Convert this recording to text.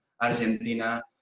Argentina